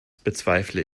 bezweifle